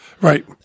Right